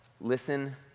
listen